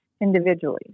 individually